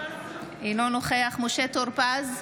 אינו נוכח משה טור פז,